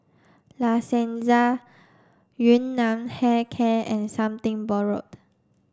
La Senza Yun Nam Hair Care and Something Borrowed